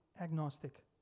agnostic